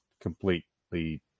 completely